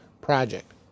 project